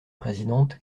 présidente